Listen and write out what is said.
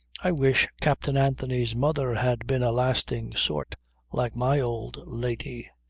i wish captain anthony's mother had been a lasting sort like my old lady.